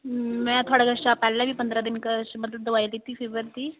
मैं थोआढ़े कशा पैह्ले बी पंदरा दिन क मतलब दवाई लैती फीवर दी